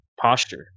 posture